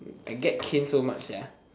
like I get caned so much sia